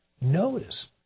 notice